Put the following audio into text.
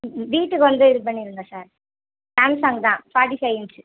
ம் ம் வீட்டுக்கு வந்து இது பண்ணிடுங்க சார் சாம்சங் தான் ஃபார்ட்டி ஃபை இன்ச்சி